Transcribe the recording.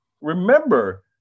remember